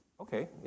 Okay